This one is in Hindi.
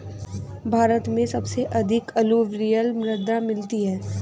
भारत में सबसे अधिक अलूवियल मृदा मिलती है